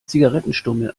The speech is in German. zigarettenstummel